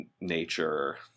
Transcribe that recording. nature